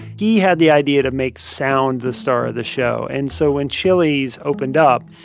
he had the idea to make sound the star of the show. and so, when chili's opened up,